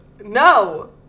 No